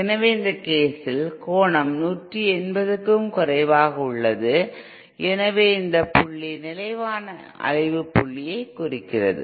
எனவே இந்த கேசில் கோணம் 180 க்கும் குறைவாக உள்ளது எனவே இந்த புள்ளி நிலையான அலைவு புள்ளியைக் குறிக்கிறது